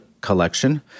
collection